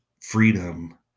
freedom